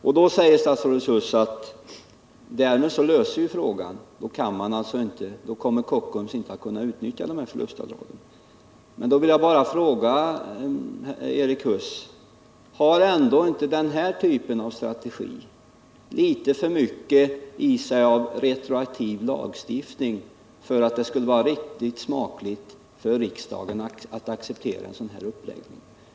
Och därmed löses problemet, sade statsrådet Huss, för då kommer Kockums inte att kunna utnyttja dessa förlustavdrag. Jag vill då fråga Erik Huss: Har inte denna typ av strategi litet för mycket av retroaktiv lagstiftning över sig för att det skall vara riktigt smakligt för riksdagen att acceptera en sådan uppläggning?